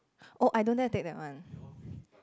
oh I don't dare to take that one